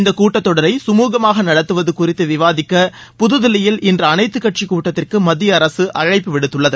இந்தக் கூட்டத்தொடரை சுமுகமாக நடத்துவது குறித்து விவாதிக்க புதுதில்லியில் இன்று அனைத்துக் கட்சிக் கூட்டத்திற்கு மத்திய அரசு அழைப்பு விடுத்துள்ளது